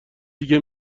دیگه